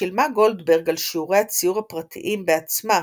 שילמה גולדברג על שיעורי הציור הפרטיים בעצמה,